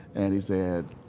and he said,